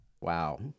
Wow